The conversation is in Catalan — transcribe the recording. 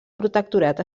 protectorat